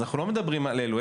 אז אנחנו לא מדברים על אלו.